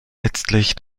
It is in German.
letztlich